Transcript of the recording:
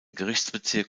gerichtsbezirk